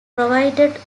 provided